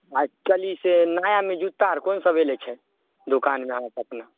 आ चली से नयामे जूता आर कोन सब अयलै छै दोकानमे अहाँके अपना